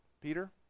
Peter